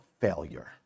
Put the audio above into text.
failure